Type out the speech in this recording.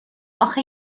آخه